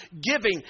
giving